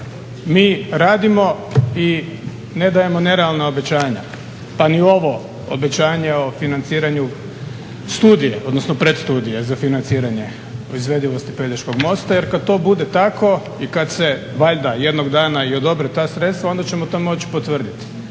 Mi radimo i ne dajemo nerealna obećanja pa ni u ovo obećanje o financiranju studije, odnosno pred studije za financiranje o izvedivosti Pelješkog mosta. Jer kad to bude tako i kad se valjda jednog dana i odobre ta sredstva onda ćemo to moći i potvrditi.